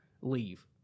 leave